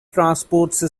transportation